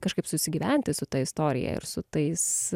kažkaip susigyventi su ta istorija ir su tais